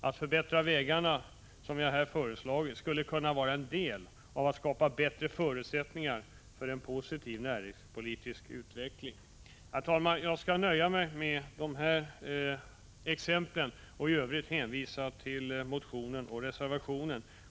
Att förbättra vägarna, som jag här föreslagit, skulle kunna bidra till att skapa bättre förutsättningar för en positiv näringspolitisk utveckling. Herr talman! Jag skall nöja mig med det här exemplet och hänvisar i övrigt till motionen och reservationen.